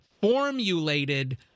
formulated